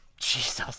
Jesus